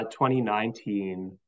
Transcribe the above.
2019